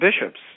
bishops